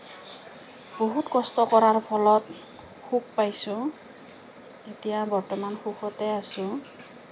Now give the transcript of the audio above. বহুত কষ্ট কৰাৰ ফলত সুখ পাইছোঁ এতিয়া বৰ্তমান সুখতেই আছোঁ